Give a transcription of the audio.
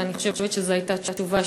ואני חושבת שזו הייתה תשובה,